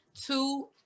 Two